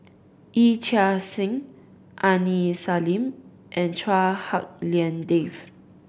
Yee Chia Hsing Aini Salim and Chua Hak Lien Dave